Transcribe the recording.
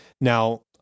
Now